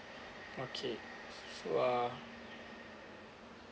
okay so uh